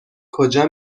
کجا